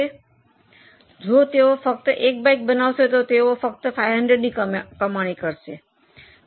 તેથી જો તેઓ ફક્ત 1 બાઇક બનાવશે તો તેઓ ફક્ત 500 ની કમાણી કરશે